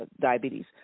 diabetes